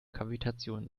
kavitation